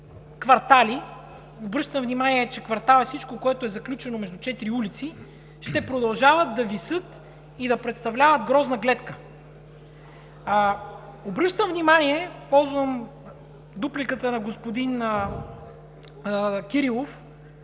квартали – обръщам внимание, че квартал е всичко, което е заключено между четири улици, ще продължават да висят и да представляват грозна гледка. Ползвам дупликата на господин Кирилов,